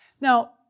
Now